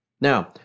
Now